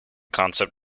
concept